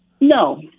No